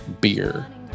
beer